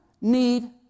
need